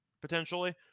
potentially